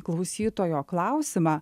klausytojo klausimą